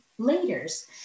leaders